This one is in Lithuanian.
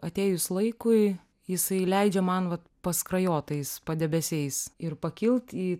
atėjus laikui jisai leidžia man vat paskrajot tais padebesiais ir pakilt į